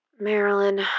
Marilyn